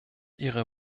ihre